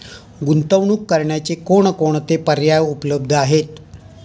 गुंतवणूक करण्याचे कोणकोणते पर्याय उपलब्ध आहेत?